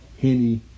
Henny